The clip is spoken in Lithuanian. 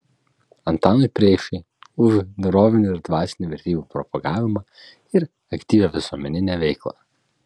antanui preikšai už dorovinių ir dvasinių vertybių propagavimą ir aktyvią visuomeninę veiklą